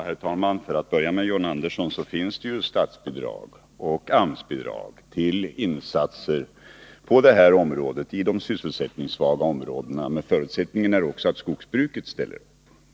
Herr talman! För att börja med John Andersson vill jag framhålla att det finns statsbidrag och AMS-bidrag för insatser på detta område i de sysselsättningssvaga områdena. Förutsättningen är dock att skogsbruket ställer upp.